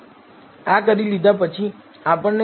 આ કરી લીધા પછી આપણને ક્વોન્ટાઇલ્સ 2